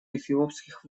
эфиопских